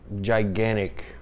gigantic